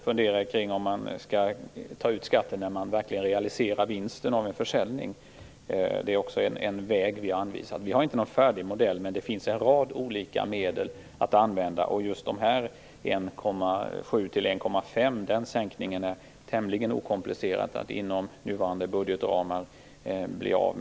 Vidare kan man fundera över om skatt skall tas ut när vinsten vid försäljning realiseras. Det är också en väg som vi anvisat. Vi har inte någon färdig modell, men det finns en rad olika medel att använda. Just en sänkning av fastighetsskatten från 1,7 % till 1,5 % är något som skulle vara tämligen okomplicerat inom nuvarande budgetramar.